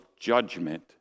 judgment